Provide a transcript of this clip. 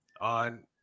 On